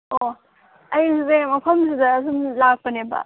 ꯑꯣ ꯑꯩꯁꯦ ꯃꯐꯝꯁꯤꯗ ꯁꯨꯝ ꯂꯥꯛꯄꯅꯦꯕ